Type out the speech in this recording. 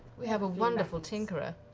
we have a wonderful tinkerer.